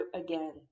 again